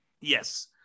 Yes